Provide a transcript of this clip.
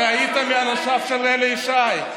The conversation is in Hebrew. הרי היית מאנשיו של אלי ישי.